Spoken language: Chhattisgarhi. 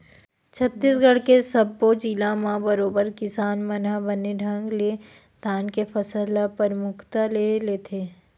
छत्तीसगढ़ के सब्बो जिला म बरोबर किसान मन ह बने ढंग ले धान के फसल ल परमुखता ले लेथे